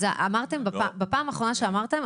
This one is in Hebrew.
בפעם האחרונה שאמרתם,